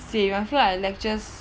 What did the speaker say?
same I feel like lectures